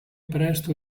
presto